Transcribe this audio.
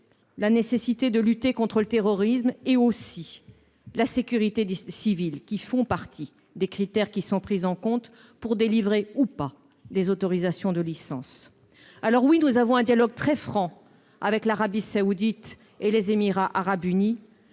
la nécessité de lutter contre le terrorisme et aussi la sécurité des civils qui font partie des critères qui sont pris en compte pour délivrer ou pas des autorisations de licence, alors oui, nous avons un dialogue très franc avec l'Arabie Saoudite et les Émirats arabes unis